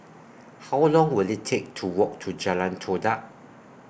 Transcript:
How Long Will IT Take to Walk to Jalan Todak